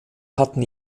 hatten